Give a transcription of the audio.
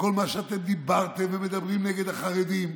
כל מה שאתם דיברתם ומדברים נגד החרדים.